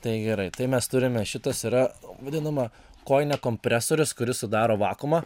tai gerai tai mes turime šitas yra vadinama kojine kompresorius kuris sudaro vakuumą